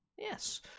Yes